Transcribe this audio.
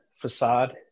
facade